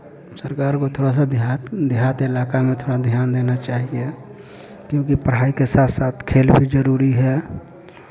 सरकार को थोड़ा सा देहात देहात इलाका में थोड़ा ध्यान देना चाहिए क्योंकि पढ़ाई के साथ साथ खेल भी ज़रूरी है